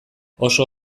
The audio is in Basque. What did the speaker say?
oso